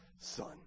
son